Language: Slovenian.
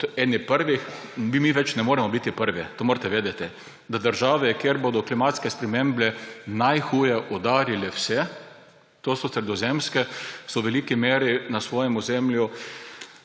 kot eni prvih. Mi več ne moremo biti prvi. To morate vedeti. Države, kjer bodo klimatske spremembe najhuje udarile vse, to so sredozemske, so v veliki meri na svojem ozemlju